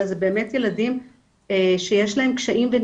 אלא זה באמת ילדים שיש להם קשיים והם